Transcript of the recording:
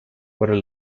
fueron